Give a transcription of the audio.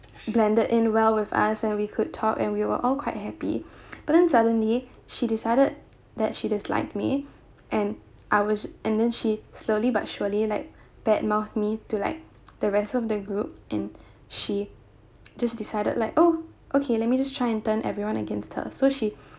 blended in well with us and we could talk and we were all quite happy but then suddenly she decided that she disliked me and I was and then she slowly but surely like bad mouth me to like the rest of the group and she just decided like oh okay let me just try and turn everyone against her so she